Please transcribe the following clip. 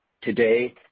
Today